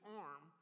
arm